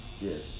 Yes